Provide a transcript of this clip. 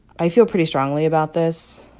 i feel pretty strongly about this.